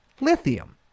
lithium